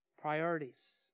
Priorities